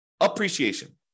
appreciation